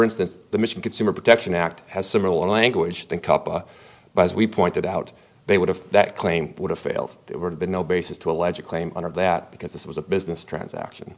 instance the mission consumer protection act has similar language and cuppa but as we pointed out they would have that claim would have failed it would have been no basis to allege a claim under that because this was a business transaction